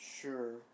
Sure